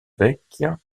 vecchia